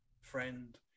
friend